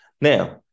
now